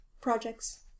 projects